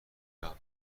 وقت